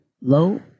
low